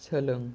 सोलों